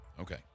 Okay